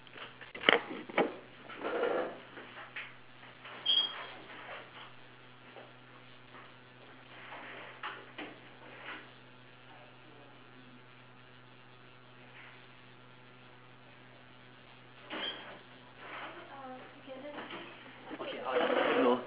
okay I'll just tell him now